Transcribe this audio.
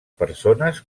persones